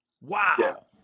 Wow